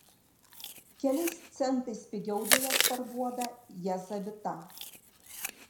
keliais centais pigiau dujas parduoda jazavita